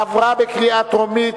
עברה בקריאה טרומית